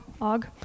Og